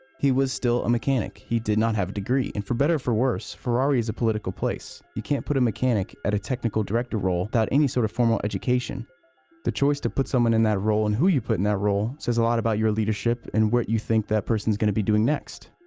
he was still a mechanic he did not have a degree and for better for worse ferrari is a political place you can't put a mechanic at a technical director role without any sort of formal education the choice to put someone in that role and who you put in that role says a lot about your leadership and what you think that person's going to be doing next.